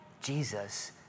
Jesus